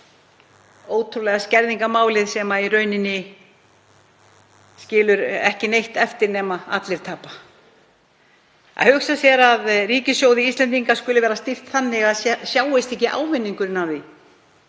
eitt ótrúlega skerðingarmálið sem skilur í rauninni ekki neitt eftir nema allir tapa. Að hugsa sér að ríkissjóði Íslendinga skuli vera stýrt þannig að ekki sjáist ávinningurinn af því